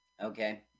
Okay